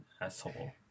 asshole